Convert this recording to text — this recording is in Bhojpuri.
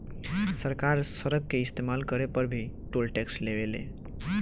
सरकार सड़क के इस्तमाल करे पर भी टोल टैक्स लेवे ले